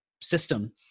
system